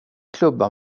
klubbar